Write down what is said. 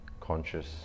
conscious